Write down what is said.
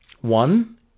one